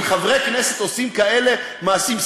אם חברי כנסת עושים כאלה מעשים,